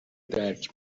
درک